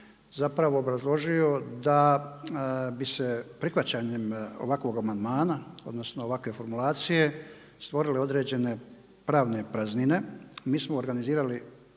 zapravo obrazložio da bi se prihvaćanjem ovakvog amandmana, odnosno ovakve formulacije stvorile određene pravne praznine mi smo organizirali